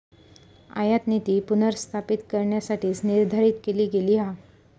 आयातनीती पुनर्स्थापित करण्यासाठीच निर्धारित केली गेली हा